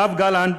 יואב גלנט,